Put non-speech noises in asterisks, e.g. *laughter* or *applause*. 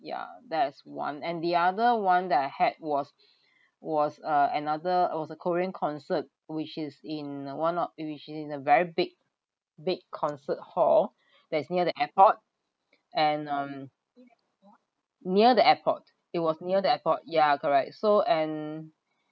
ya that is one and the other one that I had was was uh another was a korean concert which is in one *noise* which in a very big big concert hall that's near the airport and um near the airport it was near the airport ya correct so and